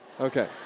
Okay